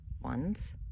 ones